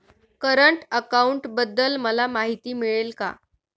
Current अकाउंटबद्दल मला माहिती मिळेल का?